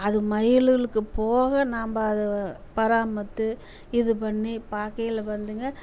அது மயில்களுக்கு போக நம்ம அதை பராமரித்து இது பண்ணி பார்க்கயில வந்துங்க